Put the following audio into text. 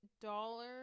dollar